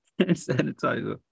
sanitizer